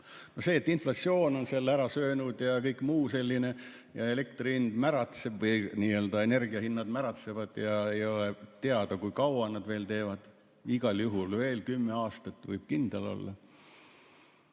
See, et inflatsioon selle ära sööb ja kõik muu selline ja elektri hind märatseb või energia hinnad märatsevad ja ei ole teada, kui kaua nad seda veel teevad. Igal juhul veel kümme aastat, võib kindel olla,